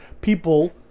people